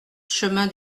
chemin